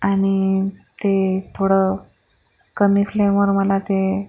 आणि ते थोडं कमी फ्लेमवर मला ते